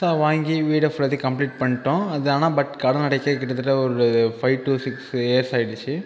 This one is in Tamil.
ஸோ வாங்கி வீடை ஃபுல்லாத்தையும் கம்ப்ளிட் பண்ணிட்டோம் அது ஆனால் பட் கடன் அடைக்க கிட்டத்தட்ட ஒரு ஃபைவ் டு சிக்ஸ் இயர்ஸ் ஆயிடுச்சு